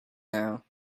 now